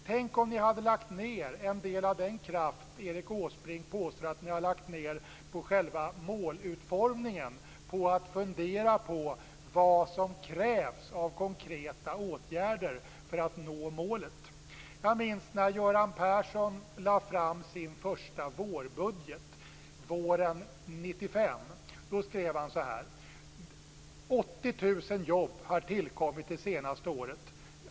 Tänk om ni hade lagt ned en del av den kraft som Erik Åsbrink påstår att ni har lagt ned på själva målutformningen på att fundera på vad som krävs av konkreta åtgärder för att nå målet. Jag minns när Göran Persson lade fram sin första vårbudget våren 1995. Då skrev han så här: 80 000 jobb har tillkommit det senaste året.